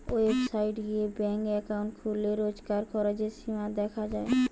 website গিয়ে bank account খুললে রোজকার খরচের সীমা দেখা যায়